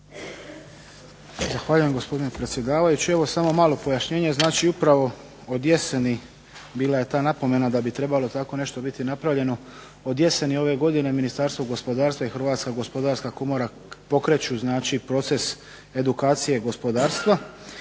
Zahvaljujem gospodine predsjedavajući. Evo samo malo pojašnjenje. Znači upravo od jeseni bila je ta napomena da bi trebalo tako nešto biti napravljeno. Od jeseni ove godine Ministarstvo gospodarstvo i Hrvatska gospodarska komora pokreću znači proces edukacije gospodarstva